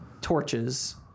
torches